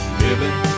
living